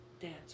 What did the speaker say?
Dance